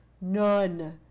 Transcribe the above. none